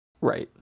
right